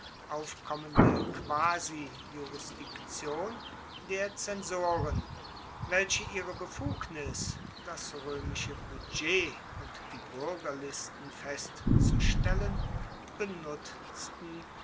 zeit aufkommende quasijurisdiktion der zensoren welche ihre befugnis das roemische budget und die buergerlisten festzustellen benutzten